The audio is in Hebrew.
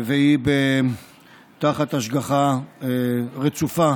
היא תחת השגחה רצופה